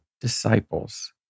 disciples